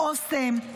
אוסם,